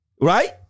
Right